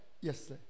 yes